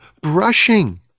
brushing